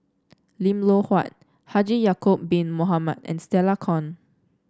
Lim Loh Huat Haji Ya'acob Bin Mohamed and Stella Kon